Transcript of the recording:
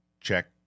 Check